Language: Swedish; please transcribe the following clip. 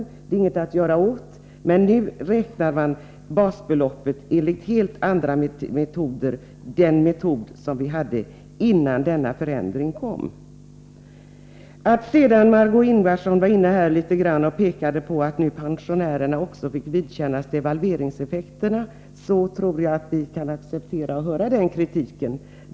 Dem är det inget att göra åt, men nu beräknar man basbeloppet enligt helt andra metoder — den metod som vi hade innan förändringen kom. Margö Ingvardsson pekade på att också pensionärerna nu får vidkännas devalveringseffekterna. Jag tror att vi kan acceptera att höra den kritiken.